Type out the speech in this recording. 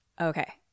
Okay